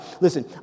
listen